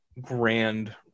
grand